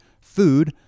food